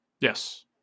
Yes